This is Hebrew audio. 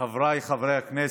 חבריי חברי הכנסת,